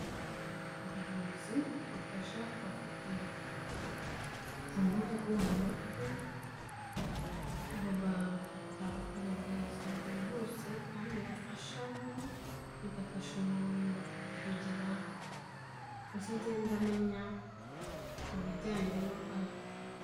Ubuvuzi bufasha kubafite ubumuga bwo mu mutwe, buba ubuvuzi bwihuse kandi bufasha vuba, bigafasha umuntu kugira icyo agenda amenya mu bijyanye n'uburwayi.